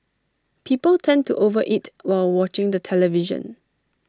people tend to over eat while watching the television